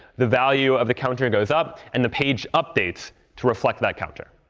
the value of the counter goes up, and the page updates to reflect that counter.